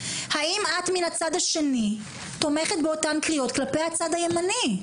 האם את מן הצד השני תומכת באותן קריאות כלפי הצד הימני?